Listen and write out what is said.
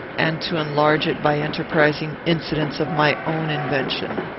and to enlarge it by enterprising incidents of my own invention.